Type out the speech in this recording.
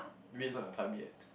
maybe is not your time yet